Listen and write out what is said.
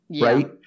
right